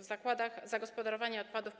W zakładach zagospodarowania odpadów